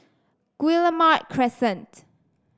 Guillemard Crescent